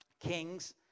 kings